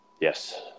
Yes